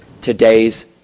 today's